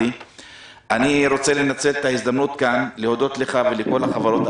אני רוצה לנצל את ההזדמנות ולהודות לך ולכל החברות,